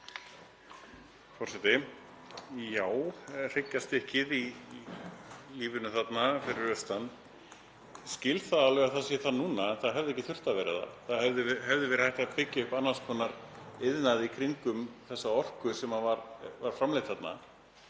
Forseti. Já, hryggjarstykkið í lífinu fyrir austan. Ég skil alveg að það sé það núna en það hefði ekki þurft að vera það, það hefði verið hægt að byggja upp annars konar iðnað í kringum þessa orku sem er framleidd þarna.